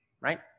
right